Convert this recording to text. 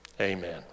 amen